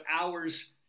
hours